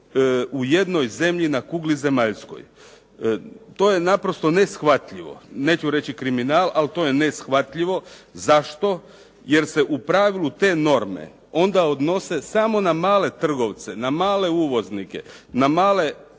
u jednoj zemlji na kugli zemaljskoj. To je naprosto neshvatljivo, neću reći kriminal, ali to je neshvatljivo. Zašto? Jer se u pravilu te norme onda odnose samo na male trgovce, na male uvoznike, na male